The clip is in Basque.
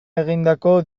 egindako